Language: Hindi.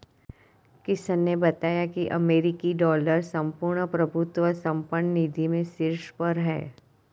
किशन ने बताया की अमेरिकी डॉलर संपूर्ण प्रभुत्व संपन्न निधि में शीर्ष पर है